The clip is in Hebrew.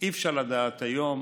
אי-אפשר לדעת היום.